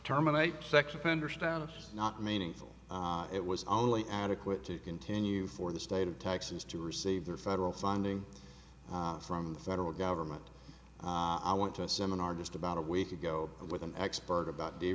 terminate sex offender status not meaningful it was only adequate to continue for the state of texas to receive their federal funding from the federal government i went to a seminar just about a week ago with an expert about the